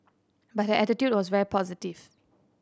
but her attitude was very positive